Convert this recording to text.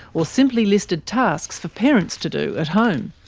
or simply listed tasks for parents to do at home.